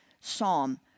psalm